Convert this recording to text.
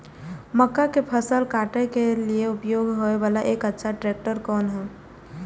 मक्का के फसल काटय के लिए उपयोग होय वाला एक अच्छा ट्रैक्टर कोन हय?